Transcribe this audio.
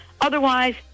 Otherwise